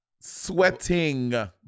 sweating